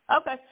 Okay